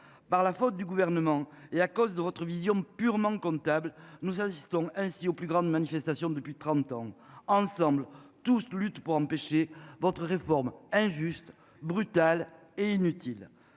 par la faute du gouvernement et à cause de votre vision purement comptable, nous assistons ainsi aux plus grandes manifestations depuis 30 ans ensemble tous lutte pour empêcher votre réforme injuste brutale et inutile.